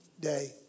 day